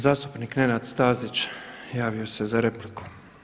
Zastupnik Nenad Stazić, javio se za repliku.